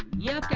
yam!